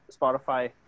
spotify